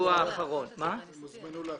עוד לא סיימנו.